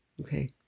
okay